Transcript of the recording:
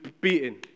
beating